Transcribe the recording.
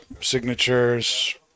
signatures